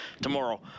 tomorrow